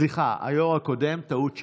סליחה, היו"ר הקודם, טעות שלי,